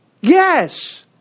Yes